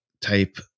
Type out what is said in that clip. type